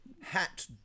Hat